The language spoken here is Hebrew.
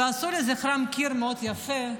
ועשו לזכרם קיר מאוד יפה.